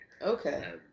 Okay